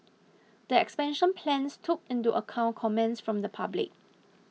the expansion plans took into account comments from the public